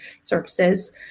services